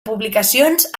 publicacions